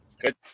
Good